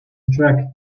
track